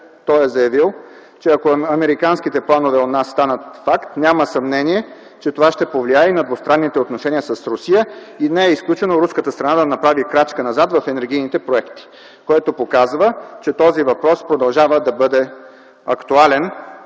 той е заявил, че ако американските планове у нас станат факт, няма съмнение, че това ще повлияе и на двустранните отношения с Русия и не е изключено руската страна да направи крачка назад в енергийните проекти, което показва, че този въпрос продължава да бъде актуален